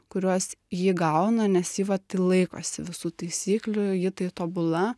kuriuos ji gauna nes ji vat laikosi visų taisyklių ji tai tobula